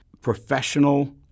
professional